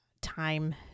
time